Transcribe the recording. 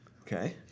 Okay